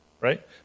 right